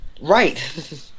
right